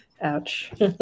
Ouch